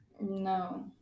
No